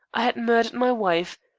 i had murdered my wife,